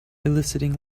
eliciting